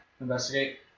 Investigate